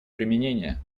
применения